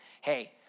Hey